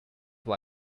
why